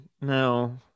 no